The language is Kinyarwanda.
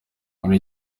muri